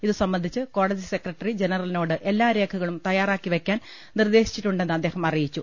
ഇതുസംബ ന്ധിച്ച് കോടതി സെക്രട്ടറി ജനറലിനോട് എല്ലാ രേഖകളും തയ്യാ റാക്കി വയ്ക്കാൻ നിർദ്ദേശിച്ചിട്ടുണ്ടെന്ന് അദ്ദേഹം അറിയിച്ചു